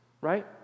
right